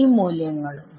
ഈ മൂല്യങ്ങളും